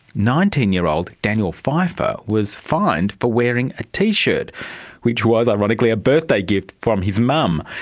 nineteen year old daniel pfiefer was fined for wearing a t-shirt which was, ironically, a birthday gift from his mum.